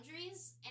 boundaries